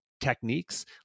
techniques